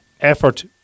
effort